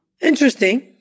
interesting